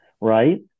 right